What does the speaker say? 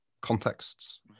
contexts